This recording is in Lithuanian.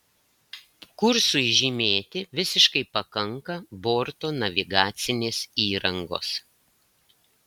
kursui žymėti visiškai pakanka borto navigacinės įrangos